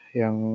yang